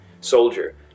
soldier